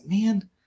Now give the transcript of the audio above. man